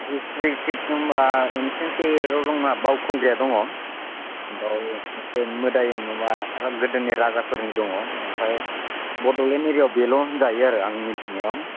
हिसथ्रिथिक होनबा ancient period आव जोंना बावखुंग्रि दङ औ एसे मोदाय माबा गोदोनि राजाफोरनि दङ आमफ्राय बड'लेण्ड एरियायाव बेल' होनजायो आरो आं मिथिनायाव